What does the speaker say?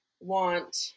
want